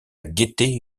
gaieté